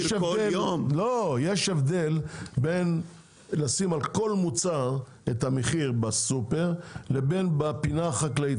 --- יש הבדל בין לשים על כל מוצר את המחיר בסופר לבין בפינה החקלאית.